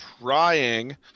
trying